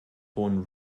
hohen